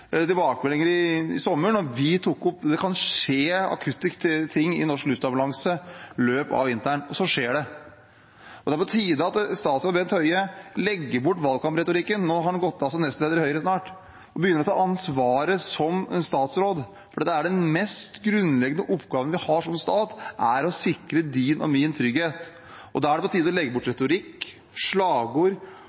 tilbakemeldinger i sommer da vi tok opp at det kunne skje akutte ting i norsk luftambulanse i løpet av vinteren – og så skjedde det. Det er på tide at statsråd Bent Høie legger bort valgkampretorikken – nå går han av som nestleder i Høyre snart – og begynner å ta ansvaret som statsråd. Den mest grunnleggende oppgaven vi har som stat, er å sikre din og min trygghet. Da er det på tide å legge bort retorikk, slagord